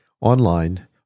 online